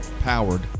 Powered